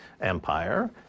empire